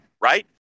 right